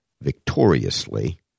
victoriously